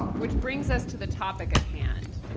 which brings us to the topic at hand,